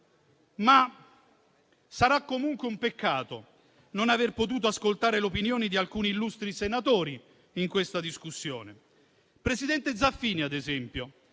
Sarà comunque un peccato non aver potuto ascoltare l'opinione di alcuni illustri senatori in questa discussione. Il presidente Zaffini, ad esempio,